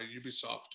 Ubisoft